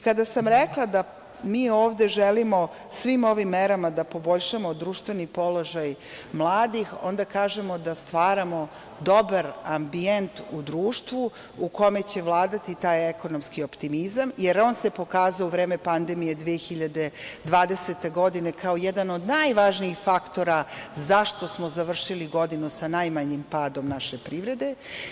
Kada sam rekla da mi ovde želimo svim ovim merama da poboljšamo društveni položaj mladih, onda kažemo da stvaramo dobar ambijent u društvu u kome će vladati taj ekonomski optimizam, jer on se pokazao u vreme pandemije 2020. godine kao jedan od najvažnijih faktora zašto smo završili godinu sa najmanjim padom naše privrede.